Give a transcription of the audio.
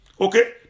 Okay